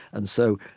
and so,